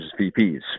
VPs